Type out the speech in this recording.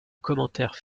commentaires